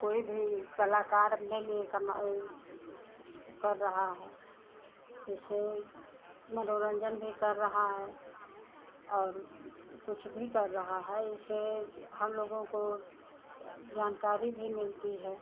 कोई भी कलाकार अपने लिए कमा कर रहा है उसे मनोरन्जन भी कर रहा है और कुछ भी कर रहा है उससे हमलोगों को जानकारी भी मिलती है